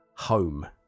home